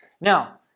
Now